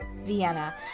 Vienna